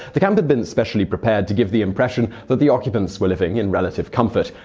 the camp had been specially prepared to give the impression that the occupants were living in relative comfort.